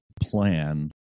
plan